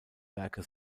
werke